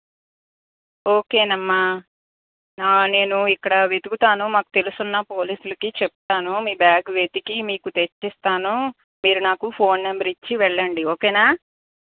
ఓకేనమ్మా నేను ఇక్కడ వెతుకుతాను మాకు తెలిసి ఉన్న పోలీసులకి చెప్తాను మీ బ్యాగ్ వెతికి మీకు తెచ్చి ఇస్తాను మీరు నాకు ఫోన్ నెంబర్ ఇచ్చి వెళ్ళండి ఓకేనా